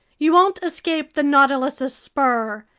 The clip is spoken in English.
you won't escape the nautilus's spur!